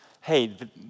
hey